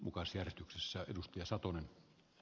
ensinnäkin siihen mitä ed